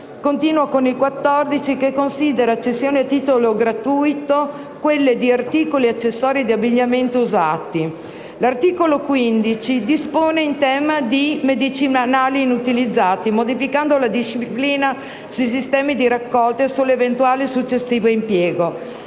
continuo con l'articolo 14, che considera cessioni a titolo gratuito quelle di articoli ed accessori di abbigliamento usati. L'articolo 15 dispone in tema di medicinali inutilizzati, modificandone la disciplina sui sistemi dì raccolta e sull'eventuale successivo impiego.